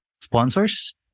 sponsors